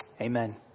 Amen